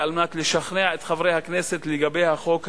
כדי לשכנע את חברי הכנסת לגבי החוק הזה,